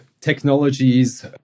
technologies